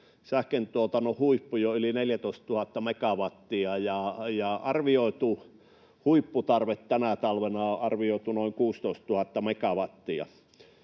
sähköntuotannon huippu jo yli 14 000 megawattia, ja arvioitu huipputarve tänä talvena on noin 16 000 megawattia.